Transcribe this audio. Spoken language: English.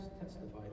testified